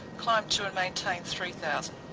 climb to and maintain three thousand.